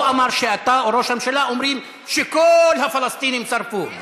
לא אמר שאתה או ראש הממשלה אומרים שכל הפלסטינים שרפו.